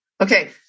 Okay